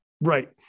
Right